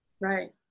right